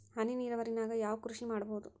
ಹನಿ ನೇರಾವರಿ ನಾಗ್ ಯಾವ್ ಕೃಷಿ ಮಾಡ್ಬೋದು?